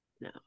No